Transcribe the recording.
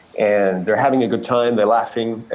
and they're having a good time, they're laughing,